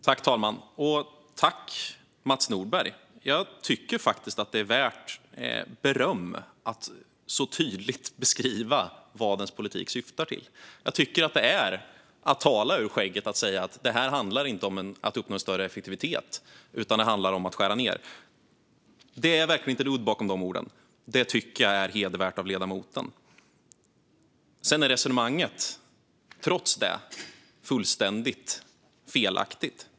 Herr talman! Jag tycker faktiskt att det är värt beröm att så tydligt beskriva vad ens politik syftar till. Jag tycker att det är att tala ur skägget att säga att detta inte handlar om att uppnå en större effektivitet utan om att skära ned. Det är verkligen inte ludd bakom de orden - det tycker jag är hedervärt av ledamoten. Sedan är resonemanget trots detta fullständigt felaktigt.